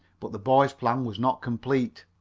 but the boy's plan was not completed.